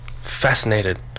fascinated